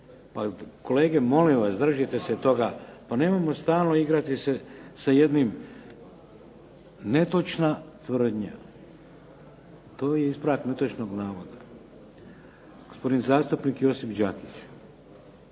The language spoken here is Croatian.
Pa kolege molim vas, držite se toga. Pa nemojmo stalno igrati se sa jednim. Netočna tvrdnja to je ispravak netočnog navoda. Gospodin zastupnik Josip Đakić.